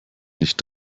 nicht